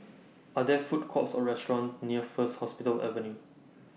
Are There Food Courts Or restaurants near First Hospital Avenue